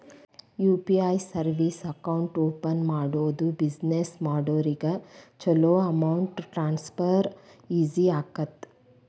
UPI service account open ಮಾಡೋದು business ಮಾಡೋರಿಗ ಚೊಲೋ ಅಮೌಂಟ್ ಟ್ರಾನ್ಸ್ಫರ್ ಈಜಿ ಆಗತ್ತ